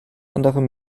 anderem